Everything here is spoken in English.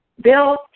Bill